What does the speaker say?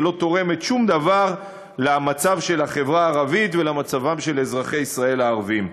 שלא תורמת שום דבר למצב של החברה הערבית ולמצבם של אזרחי ישראל הערבים.